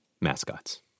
mascots